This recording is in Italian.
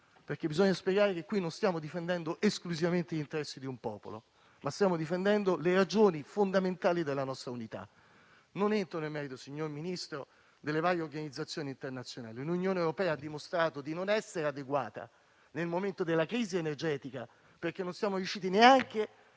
perché bisogna spiegare che non stiamo difendendo esclusivamente gli interessi di un popolo, ma stiamo difendendo le ragioni fondamentali della nostra unità. Signor Ministro, non entro nel merito delle varie organizzazioni internazionali. L'Unione europea ha dimostrato di non essere adeguata nel momento della crisi energetica perché non siamo riusciti neanche